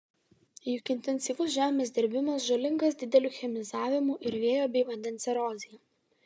juk intensyvus žemės dirbimas žalingas dideliu chemizavimu ir vėjo bei vandens erozija